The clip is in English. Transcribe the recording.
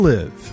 Live